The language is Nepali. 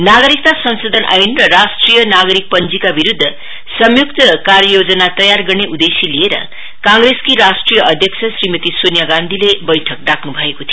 नागरिकता संशोधन ऐन र राष्ट्रिय नागरिकता पंजीका विरुद्ध सयुक्त कार्य योजना तयार गर्ने उदेश्य लिएर कांग्रेसकी राष्ट्रिय अध्यक्ष श्रीमती सोनिया गान्धीले बैठकमा राक्न भएको थियो